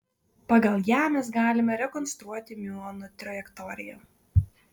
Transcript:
pagal ją mes galime rekonstruoti miuono trajektoriją